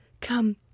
Come